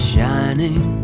Shining